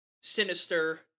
sinister